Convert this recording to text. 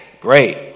Great